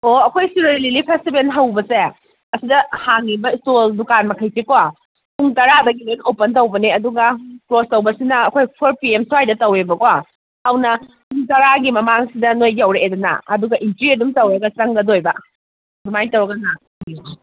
ꯑꯣ ꯑꯩꯈꯣꯏ Shirui lily festival ꯍꯧꯕꯁꯦ ꯑꯁꯤꯗ ꯍꯥꯡꯉꯤꯕ ꯏ꯭ꯇꯣꯜ ꯗꯨꯀꯥꯟ ꯃꯈꯩꯁꯦꯀꯣ ꯄꯨꯡ ꯇꯔꯥꯗꯒꯤ ꯑꯣꯄꯟ ꯇꯧꯕꯅꯦ ꯑꯗꯨꯒ ꯀ꯭ꯂꯣꯁ ꯇꯧꯕꯁꯤꯅ ꯑꯩꯈꯣꯏ ꯐꯣꯔ ꯄꯤ ꯑꯦꯝ ꯁ꯭ꯋꯥꯏꯗ ꯇꯧꯑꯦꯕꯀꯣ ꯑꯗꯨꯅ ꯄꯨꯡ ꯇꯔꯥꯒꯤ ꯃꯃꯥꯡꯁꯤꯗ ꯅꯣꯏ ꯌꯧꯔꯛꯑꯦꯗꯅ ꯑꯗꯨꯒ ꯏꯟꯇ꯭ꯔꯤ ꯑꯗꯨꯝ ꯇꯧꯔꯒ ꯆꯪꯒꯗꯧꯕ ꯁꯨꯃꯥꯏꯅ ꯇꯧꯔꯒ ꯂꯥꯛꯄꯤꯔꯣ